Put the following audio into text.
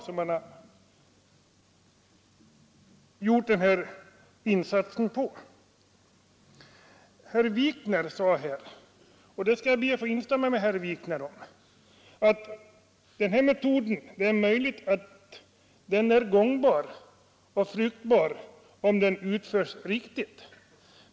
Jag kan instämma med herr Wikner, när han säger att det är möjligt att denna metod är gångbar, om den utförs riktigt.